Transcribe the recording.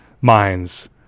minds